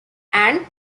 and